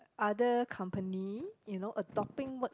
other company you know adopting word